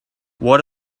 what